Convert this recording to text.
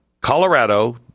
Colorado